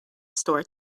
store